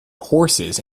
horses